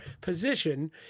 position